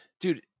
dude